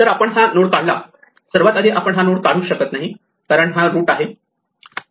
तर आपण हा नोड काढला सर्वात आधी आपण हा नोड काढूच शकत नाही कारण हा रूट आहे